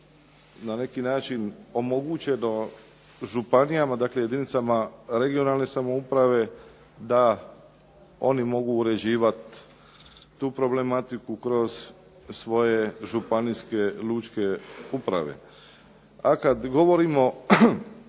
na neki način omogućeno županijama, dakle jedinicama regionalne samouprave da oni mogu uređivati tu problematiku kroz svoje županijske lučke uprave, a kad govorimo